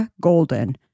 Golden